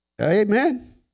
Amen